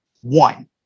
One